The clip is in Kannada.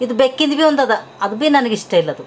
ಇದು ಬೆಕ್ಕಿದು ಭಿ ಒಂದದ ಅದು ಭಿ ನನಗೆ ಇಷ್ಟ ಇಲ್ಲದು